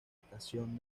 estación